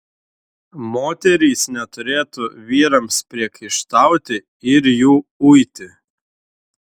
moterys neturėtų vyrams priekaištauti ir jų uiti